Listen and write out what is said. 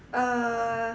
uh